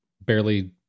barely